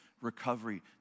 recovery